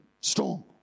storm